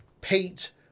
Pete